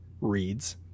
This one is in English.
reads